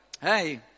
hey